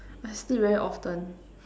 I sleep very often